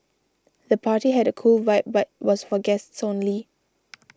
the party had a cool vibe but was for guests only